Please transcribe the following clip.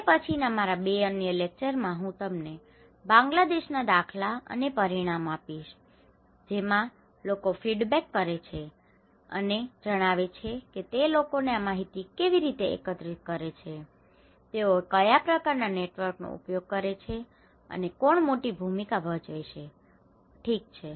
તે પછીના મારા 2 અન્ય લેકચરમાં હું તમને બાંગ્લાદેશના દાખલા અને પરિણામો આપીશ જેમાં લોકો ફીડબેક કરે છે કે અને જણાવે છે કે તે લોકો આ માહિતી કેવી રીતે એકત્રિત કરે છે તેઓ કયા પ્રકારનાં નેટવર્કનો ઉપયોગ કરે છે અને કોણ મોટી ભૂમિકા ભજવે છે ઠીક છે